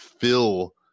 fill